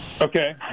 Okay